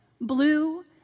blue